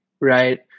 right